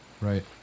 Right